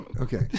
Okay